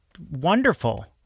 Wonderful